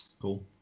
Cool